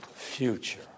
future